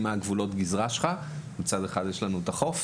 מהם גבולות הגזרה: מצד אחד יש לנו את החוף,